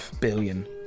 billion